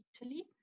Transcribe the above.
Italy